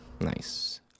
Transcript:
nice